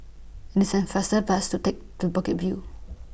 and same faster fast to Take to Bukit View